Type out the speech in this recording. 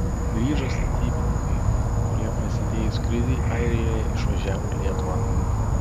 grįžo statybininkai kurie prasidėjus krizei airijoje išvažiavo į lietuvą